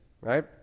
right